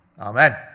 Amen